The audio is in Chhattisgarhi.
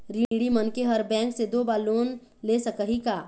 ऋणी मनखे हर बैंक से दो बार लोन ले सकही का?